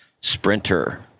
Sprinter